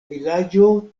vilaĝo